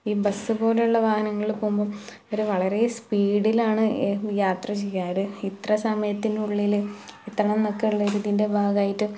ഈ ബസ് പോലുള്ള വാഹനങ്ങള് പോകുമ്പം അവര് വളരെ സ്പീഡിലാണ് യാത്ര ചെയ്യാറ് ഇത്ര സമയത്തിനുള്ളില് എത്തണം എന്നൊക്കെയുള്ള ഇതിൻ്റെ ഭാഗമായിട്ട്